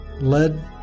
led